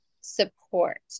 support